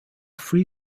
free